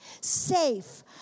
safe